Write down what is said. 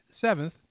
seventh